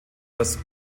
das